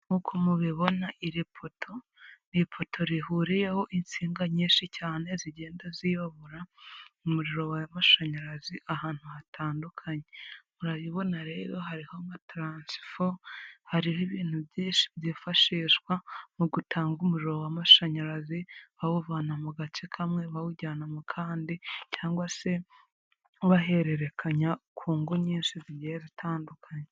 Nk'uko mubibona, iri poti ni ipoto rihuriyeho insinga nyinshi cyane zigenda zirahura umuriro w'amashanyarazi ahantu hatandukanye. Murayibona rero hariho nka taransifo hariho ibintu byinshi byifashishwa mu gutanga umuriro w'amashanyarazi, bawuvana mu gace kamwe bawujyana mu kandi gace cyangwa se bahererekanya ku ngo nyinshi zigenda zitandukanye.